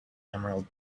emerald